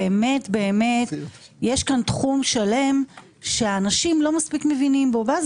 באמת יש פה תחום שלם שאנשים לא מספיק מבינים בו ואז